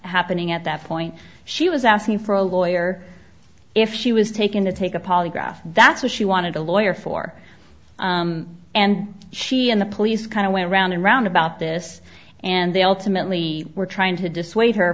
happening at that point she was asking for a lawyer if she was taken to take a polygraph that's what she wanted a lawyer for and she and the police kind of went round and round about this and they ultimately were trying to dissuade her